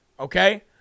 Okay